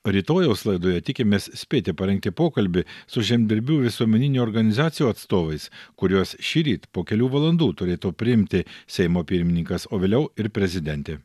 rytojaus laidoje tikimės spėti parengti pokalbį su žemdirbių visuomeninių organizacijų atstovais kuriuos šįryt po kelių valandų turėtų priimti seimo pirmininkas o vėliau ir prezidentė